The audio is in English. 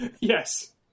Yes